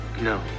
No